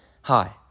Hi